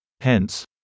Hence